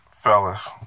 Fellas